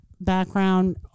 background